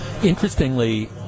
Interestingly